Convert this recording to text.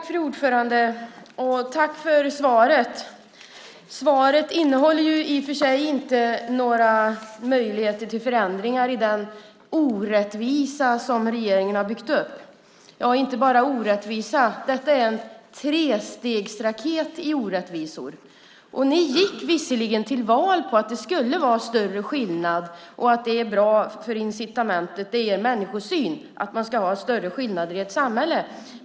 Fru talman! Tack för svaret! Det innehåller i och för sig inte några möjligheter till förändringar i den orättvisa som regeringen har byggt upp. Ja, det är inte bara en orättvisa; detta är en trestegsraket i orättvisor. Ni gick visserligen till val på att det skulle vara större skillnad och att det är ett bra incitament. Det är er människosyn att man ska ha större skillnader i ett samhälle.